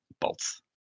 bolts